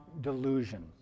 delusion